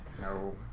No